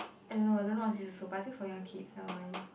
I don't know I don't know what's useful but I think it's for young kids never mind